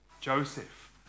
Joseph